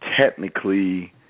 technically